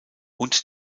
und